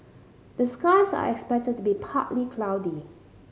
the skies are expected to be partly cloudy